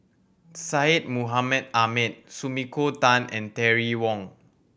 Syed Mohamed Ahmed Sumiko Tan and Terry Wong